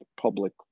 public